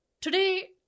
Today